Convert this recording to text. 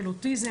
של אוטיזם,